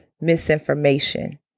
misinformation